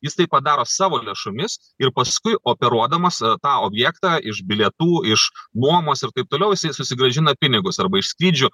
jis tai padaro savo lėšomis ir paskui operuodamas tą objektą iš bilietų iš nuomos ir taip toliau jisai susigrąžina pinigus arba iš skrydžių